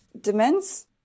demands